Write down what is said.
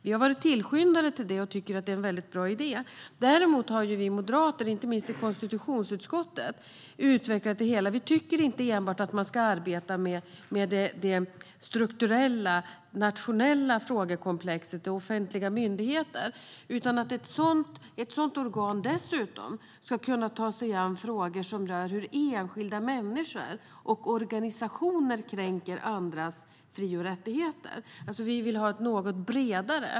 Vi har varit tillskyndare av det och tycker att det är en väldigt bra idé. Vi moderater har inte minst i konstitutionsutskottet utvecklat det hela. Vi tycker inte att man enbart ska arbeta med det strukturella nationella frågekomplexet och offentliga myndigheter utan att ett sådant organ dessutom ska kunna ta sig an frågor som rör hur enskilda människor och organisationer kränker andras fri och rättigheter. Vi vill alltså att det ska vara något bredare.